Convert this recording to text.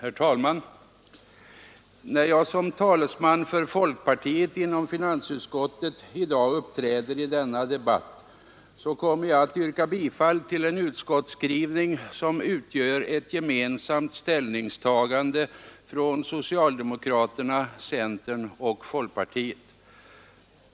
Herr talman! När jag som talesman för folkpartiet inom finansutskottet i dag uppträder i denna debatt, så kommer jag att yrka bifall till en utskottsskrivning som utgör ett gemensamt ställningstagande från socialdemokraterna, centern och folkpartiet.